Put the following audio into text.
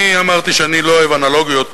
אני אמרתי שאני לא אוהב אנלוגיות,